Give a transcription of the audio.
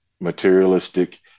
materialistic